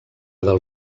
del